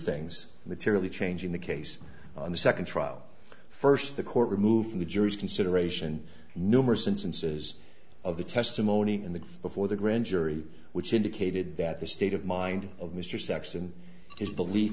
things materially changing the case on the second trial first the court removed from the jury's consideration numerous instances of the testimony in the before the grand jury which indicated that the state of mind of mr saxon his belief